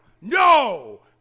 no